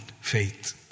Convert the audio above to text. faith